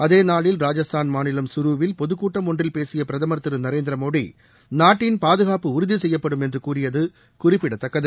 அதே நாளில் ராஜஸ்தான் மாநிலம் கருவில் பொதுக்கூட்டம் ஒன்றில் பேசிய பிரதமர் திரு நரேந்திர மோடி நாட்டின் பாதுகாப்பு உறுதி செய்யப்படும் என்று கூறியது குறிப்பிடதக்கது